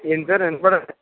ఏంటి సార్ వినపడటం లేదు